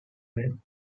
men